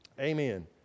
amen